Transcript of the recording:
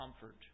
comfort